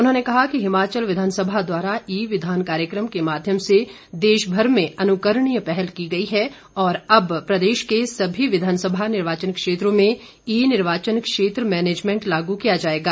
उन्होंने कहा कि हिमाचल विधानसभा द्वारा ई विधान कार्यक्रम के माध्यम से देशभर में अनुकरणीय पहल की गई है और अब प्रदेश के सभी विघानसभा निर्वाचन क्षेत्रों में ई निर्वाचन क्षेत्र मैनेजमेंट लागू किया जाएगा